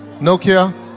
Nokia